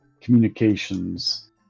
communications